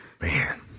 Man